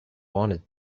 wanted